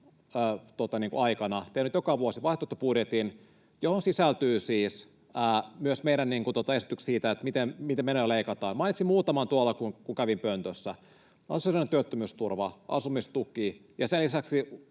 tehnyt joka vuosi vaihtoehtobudjetin, johon sisältyy siis myös meidän esityksiämme siitä, miten menoja leikataan. Mainitsin muutaman tuolla, kun kävin pöntössä: ansiosidonnainen työttömyysturva, asumistuki ja sen lisäksi